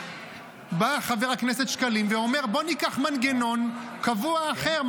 בא חבר הכנסת שקלים ואומר: בואו ניקח מנגנון קבוע אחר,